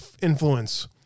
influence